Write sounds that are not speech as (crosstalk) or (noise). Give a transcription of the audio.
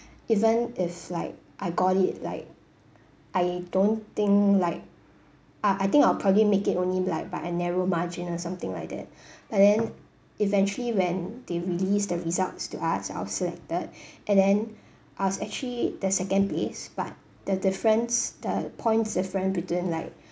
even if like I got it like I don't think like uh I think I probably make it only like by a narrow margin or something like that (breath) but then eventually when they released the result to us I was selected (breath) and then I was actually the second base but the difference the point different between like